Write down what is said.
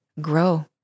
grow